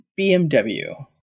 BMW